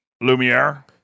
Lumiere